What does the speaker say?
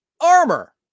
armor